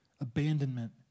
abandonment